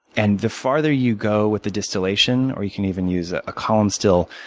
and the farther you go with the distillation, or you can even use a ah column still,